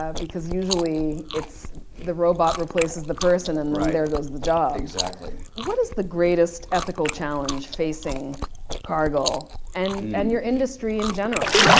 um because usually it's the robot replaces the person, and there goes the job. exactly. what is the greatest ethical challenge facing cargill and and your industry in general?